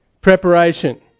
Preparation